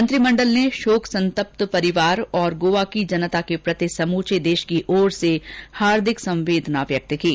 मंत्रिमंडल ने शोक संतप्त परिवार और गोवा की जनता के प्रति समूचे देश की ओर से हार्दिक संवेदना व्यक्त की है